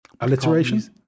Alliteration